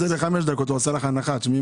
(חברת כנסת אורית סטרוק יוצאת מחדר הוועדה).